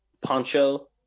poncho